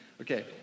Okay